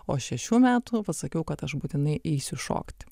o šešių metų pasakiau kad aš būtinai eisiu šokt